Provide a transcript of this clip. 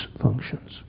functions